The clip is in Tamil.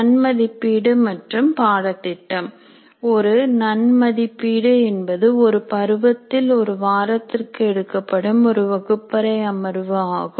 நன் மதிப்பீடு மற்றும் பாடத்திட்டம் ஒரு நன் மதிப்பீடு என்பது ஒரு பருவத்தில் ஒரு வாரத்திற்கு எடுக்கப்படும் ஒரு வகுப்பறை அமர்வு ஆகும்